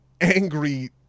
angry